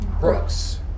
Brooks